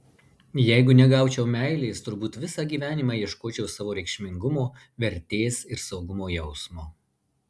jeigu negaučiau meilės turbūt visą gyvenimą ieškočiau savo reikšmingumo vertės ir saugumo jausmo